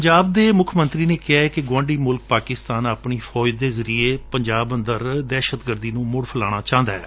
ਪੰਜਾਬ ਦੇ ਮੁੱਖ ਮੰਤਰੀ ਨੇ ਕਿਹੈ ਕਿ ਗੁਆਂਢੀ ਮੁਲਕ ਪਾਕਿਸਤਾਨ ਆਪਣੀ ਫੌਜ ਦੇ ਜ਼ਰੀਏ ਪੰਜਾਬ ਅੰਦਰ ਦਹਿਸ਼ਤਗਰਦੀ ਨੁੰ ਮੁੜ ਫੈਲਾਣਾ ਚਾਹੁੰਦਾ ਹੈ